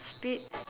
speak